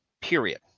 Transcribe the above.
period